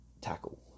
tackle